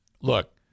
look